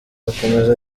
akomeza